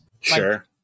Sure